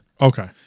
Okay